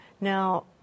now